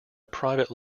private